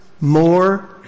more